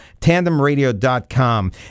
tandemradio.com